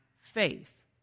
faith